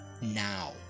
now